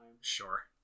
Sure